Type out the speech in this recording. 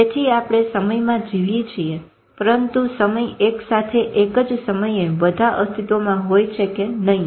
તેથી આપણે સમયમાં જીવીએ છીએ પરંતુ સમય એકસાથે એક જ સમયે બધા અસ્તિત્વમાં હોય છે કે નઈ